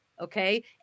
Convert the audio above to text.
Okay